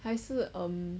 还是 um